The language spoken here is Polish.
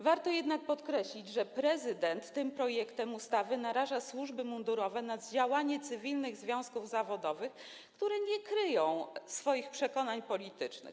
Warto jednak podkreślić, że prezydent tym projektem ustawy naraża służby mundurowe na działanie cywilnych związków zawodowych, które nie kryją swoich przekonań politycznych.